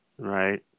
right